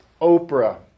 Oprah